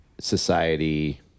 society